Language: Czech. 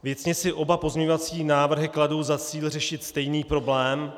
Věcně si oba pozměňovací návrhy kladou za cíl řešit stejný problém.